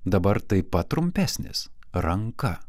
dabar taip pat trumpesnis ranka